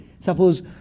suppose